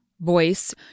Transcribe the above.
voice